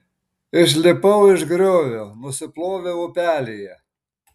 išlipau iš griovio nusiploviau upelyje